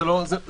זה לא אותם